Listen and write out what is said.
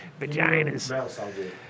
Vaginas